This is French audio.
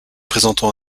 présentant